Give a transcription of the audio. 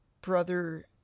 brother